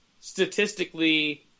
statistically